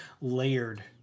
layered